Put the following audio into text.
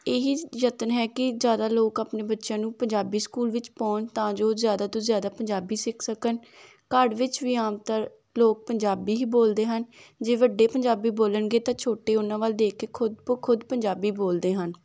ਇਹੀ ਯਤਨ ਹੈ ਕਿ ਜ਼ਿਆਦਾ ਲੋਕ ਆਪਣੇ ਬੱਚਿਆਂ ਨੂੰ ਪੰਜਾਬੀ ਸਕੂਲ ਵਿੱਚ ਪਾਉਣ ਤਾਂ ਜੋ ਜ਼ਿਆਦਾ ਤੋਂ ਜ਼ਿਆਦਾ ਪੰਜਾਬੀ ਸਿੱਖ ਸਕਣ ਘਰ ਵਿੱਚ ਵੀ ਆਮ ਤੌਰ ਲੋਕ ਪੰਜਾਬੀ ਹੀ ਬੋਲਦੇ ਹਨ ਜੇ ਵੱਡੇ ਪੰਜਾਬੀ ਬੋਲਣਗੇ ਤਾਂ ਛੋਟੇ ਉਹਨਾਂ ਵੱਲ ਦੇਖ ਕੇ ਖੁਦ ਬ ਖੁਦ ਪੰਜਾਬੀ ਬੋਲਦੇ ਹਨ